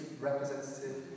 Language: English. representative